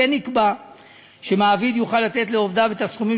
כן נקבע שמעביד יוכל לתת לעובדיו את הסכומים